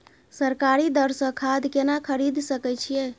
सरकारी दर से खाद केना खरीद सकै छिये?